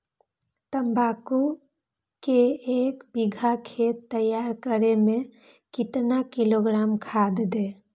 तम्बाकू के एक बीघा खेत तैयार करें मे कितना किलोग्राम खाद दे?